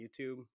YouTube